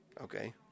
okay